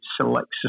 selects